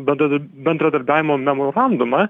bendrad bendradarbiavimo memorandumą